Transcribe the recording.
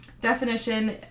definition